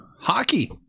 Hockey